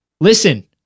listen